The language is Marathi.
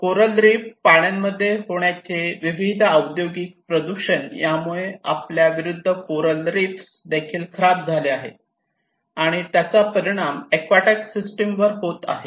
कोरल रीफ पाण्यामध्ये होणारे विविध औद्योगिक प्रदूषण यामुळे आपल्या विरुद्ध कोरल रीफ्स देखील खराब झाले आहेत आणि त्याचा परिणाम एक्वाटेक सिस्टम वर होत आहे